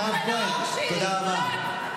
לשכת עורכי הדין,